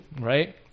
right